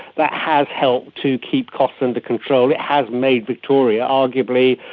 that has helped to keep costs under control, it has made victoria arguably,